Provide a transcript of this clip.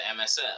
MSF